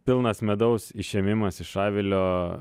pilnas medaus išėmimas iš avilio